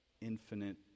infinite